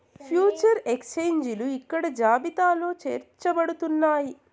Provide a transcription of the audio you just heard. future ఎక్స్చేంజిలు ఇక్కడ జాబితాలో చేర్చబడుతున్నాయి